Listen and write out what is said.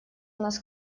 нас